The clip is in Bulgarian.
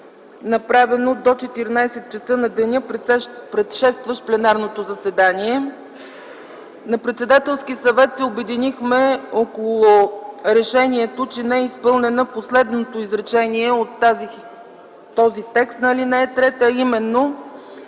направено до 14,00 ч. на деня, предшестващ пленарното заседание. На Председателския съвет се обединихме около решението, че не е изпълнено последното изречение от този текст на ал. 3, а именно,